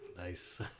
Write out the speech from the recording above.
Nice